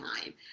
time